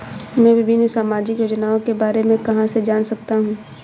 मैं विभिन्न सामाजिक योजनाओं के बारे में कहां से जान सकता हूं?